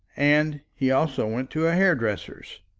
and he also went to a hairdresser's.